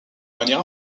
manière